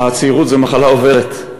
הצעירוּת זו מחלה עוברת,